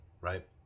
Right